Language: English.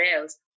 else